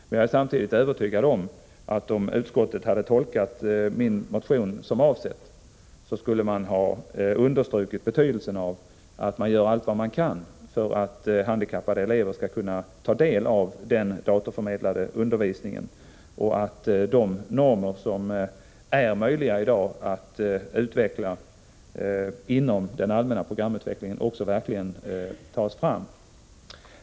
Samtidigt är jag övertygad om att utskottet, om det hade tolkat min motion så som den var avsedd, skulle ha understrukit betydelsen av att allt görs som kan göras för att också handikappade elever skall kunna ta del av den dataförmedlade undervisningen och att man verkligen satsar på de metoder för detta ändamål som i dag är möjliga att ta fram inom ramen för den allmänna programutvecklingen.